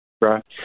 Right